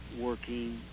working